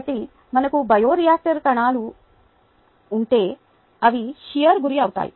కాబట్టి మనకు బయోరియాక్టర్లో కణాలు ఉంటే అవి షియర్కి గురి అవుతాయి